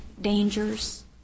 dangers